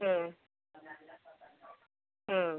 ഉം ഉം